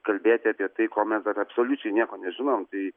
kalbėti apie tai kol mes dar absoliučiai nieko nežinom tai